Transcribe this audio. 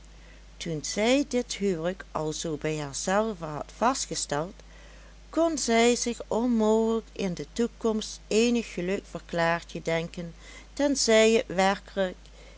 toen zij dit huwelijk alzoo bij haarzelve had vastgesteld kon zij zich onmogelijk in de toekomst eenig geluk voor klaartje denken tenzij het werkelijk